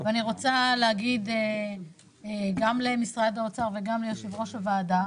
ואני רוצה להגיד גם למשרד האוצר וגם ליו"ר הוועדה,